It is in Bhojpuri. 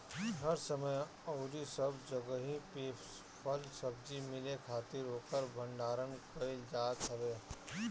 हर समय अउरी सब जगही पे फल सब्जी मिले खातिर ओकर भण्डारण कईल जात हवे